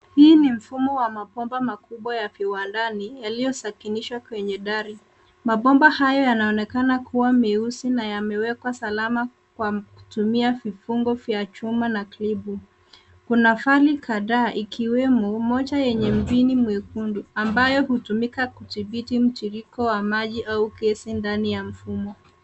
Hii ni mfumo wa mabomba makubwa ya viwandani yaliyo sakinishwa kwenye dari. Mabomba hayo yana onekana kuwa meusi na yamewekwa salama kwa kutumia vifungo vya chuma na klipu. Kuna fali kadhaa ikiwemo moja yenye mpini mwekundu ambayo hutumika kudhibiti mtiririko wa maji au gesi ndani ya mfumo.